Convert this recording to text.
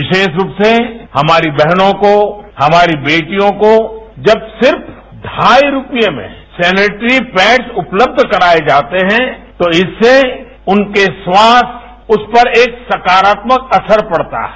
विशेष रूप से हमारी बहनों को हमारी बेटियों को जब सिर्फ ढाई रूपए में सेनिट्री पैड्स उपलब्ध कराएं जाते हैं तो इससे उनके स्वास्थ्य उस पर एक सकारात्मक असर पड़ता है